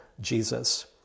Jesus